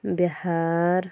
Bihar